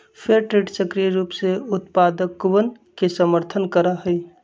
fair trade सक्रिय रूप से उत्पादकवन के समर्थन करा हई